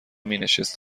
مینشست